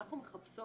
אנחנו מחפשות